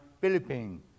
Philippines